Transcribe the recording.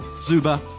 Zuba